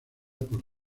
por